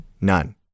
None